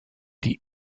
die